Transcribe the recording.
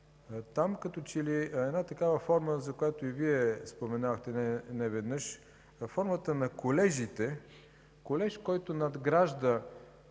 там като че ли една такава форма, за която и Вие споменавате неведнъж –формата на колежите, колеж, който надгражда